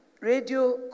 Radio